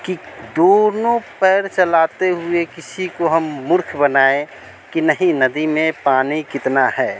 कि दोनों पैर चलाते हुए किसी को हम मूर्ख बनाएं कि नहीं नदी में पानी कितना है